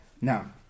Now